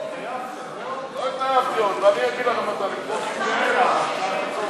רשות ממשלתית למים, לשנת התקציב 2015, כהצעת